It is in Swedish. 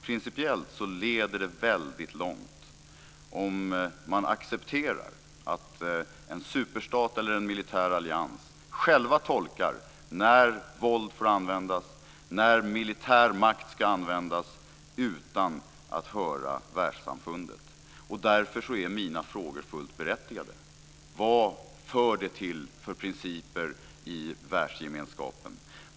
Principiellt leder det väldigt långt om man accepterar att en superstat eller en militär allians självt tolkar när våld får användas - när militär makt ska användas - utan att höra världssamfundet. Därför är mina frågor fullt berättigade. Vilka principer för det mot i världsgemenskapen?